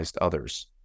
others